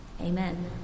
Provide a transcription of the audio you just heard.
amen